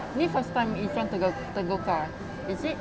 ni first time izuan tegur kau is it